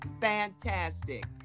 Fantastic